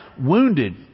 wounded